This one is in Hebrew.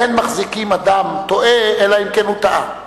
אין מחזיקים אדם טועה, אלא אם כן הוא טעה.